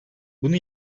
bunu